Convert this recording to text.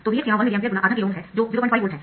तो Vx यहाँ 1 mA × आधा किलो Ω है जो 05 वोल्ट है